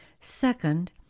Second